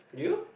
you